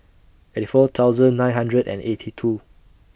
eighty four thousand nine hundred and eighty two